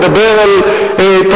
מדבר על טרנספר,